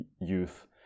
youth